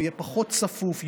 יהיה פחות צפוף,